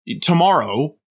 Tomorrow